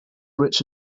rich